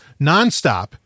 nonstop